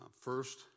First